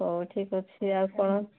ହଉ ଠିକ୍ ଅଛି ଆଉ କ'ଣ